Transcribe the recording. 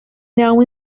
now